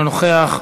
אינו נוכח,